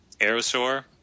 Aerosaur